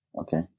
okay